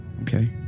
Okay